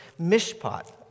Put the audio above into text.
mishpat